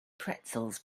pretzels